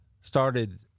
started